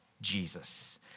Jesus